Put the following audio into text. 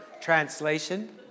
translation